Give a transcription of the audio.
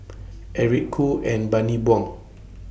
Eric Khoo and Bani Buang